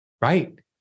right